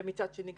ומצד שני,